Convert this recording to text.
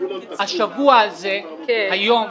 השבוע הזה, היום,